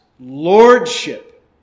lordship